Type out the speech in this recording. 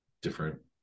different